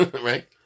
right